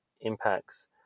impacts